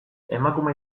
emakume